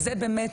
באמת,